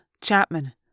Chapman